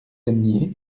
aimiez